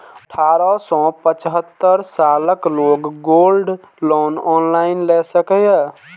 अठारह सं पचहत्तर सालक लोग गोल्ड लोन ऑनलाइन लए सकैए